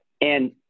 And-